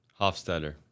Hofstetter